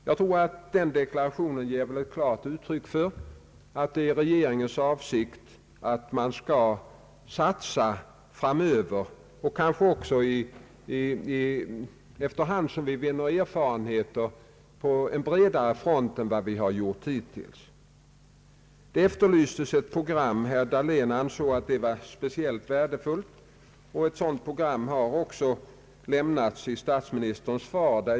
Jag tror att den deklarationen ger ett klart uttryck för att det är regeringens avsikt att man skall satsa framöver och kanske också, efter hand som vi vinner erfarenheter, på bredare front än hittills. Det efterlyses ett program. Herr Dahlén ansåg att det var speciellt värdefullt. Ett program har också lämnats i statsministerns svar.